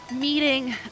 meeting